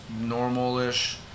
normal-ish